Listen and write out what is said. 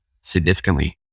significantly